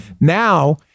Now